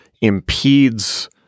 impedes